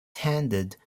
handed